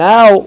Now